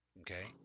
Okay